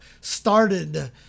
started